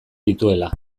dituela